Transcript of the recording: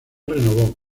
renovó